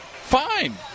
fine